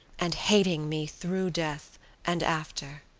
and hating me through death and after.